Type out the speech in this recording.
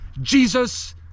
Jesus